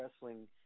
wrestling